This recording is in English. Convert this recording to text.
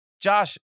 Josh